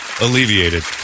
alleviated